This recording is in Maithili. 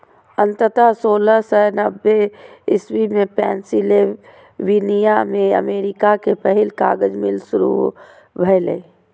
अंततः सोलह सय नब्बे इस्वी मे पेंसिलवेनिया मे अमेरिका के पहिल कागज मिल शुरू भेलै